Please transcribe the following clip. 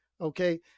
Okay